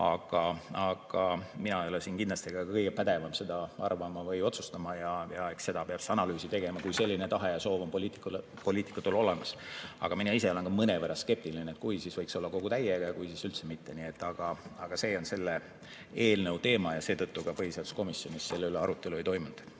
Aga mina ei ole siin kindlasti kõige pädevam arvama või otsustama. Eks peab siis analüüsi tegema, kui selline tahe ja soov on poliitikutel olemas. Aga mina ise olen mõnevõrra skeptiline. Kui, siis võiks olla kogu täiega, ja kui ei, siis üldse mitte. Aga see [ei ole] selle eelnõu teema ja seetõttu ka põhiseaduskomisjonis selle üle arutelu ei toimunud.